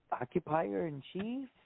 occupier-in-chief